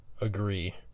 agree